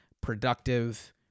productive